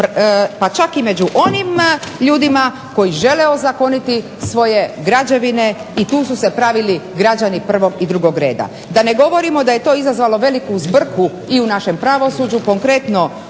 pa čak i među onim ljudima koji žele ozakoniti svoje građevine i tu su se pravili građani prvog i drugog reda, da ne govorimo da je to izazvalo veliku zbrku i u našem pravosuđu konkretno